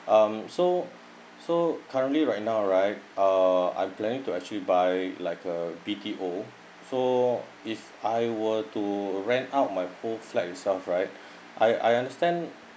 um so so currently right now right uh I'm planning to actually buy like uh B_T_O so if I were to rent out my whole flat itself right I I understand